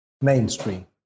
mainstream